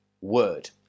word